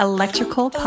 Electrical